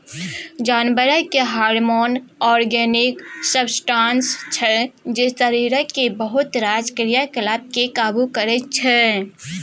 जानबरक hormone organic substance छै जे शरीरक बहुत रास क्रियाकलाप केँ काबु करय छै